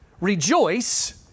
Rejoice